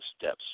steps